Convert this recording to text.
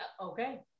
Okay